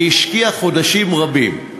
והיא השקיעה חודשים רבים.